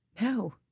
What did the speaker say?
No